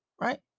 right